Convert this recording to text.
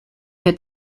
der